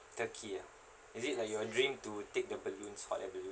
turkey ah is it like your dream to take the balloons hot air balloons